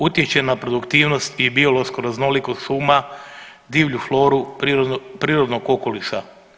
Utječe na produktivnost i biološku raznolikost šuma, divlju floru prirodnog okoliša.